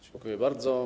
Dziękuję bardzo.